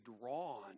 drawn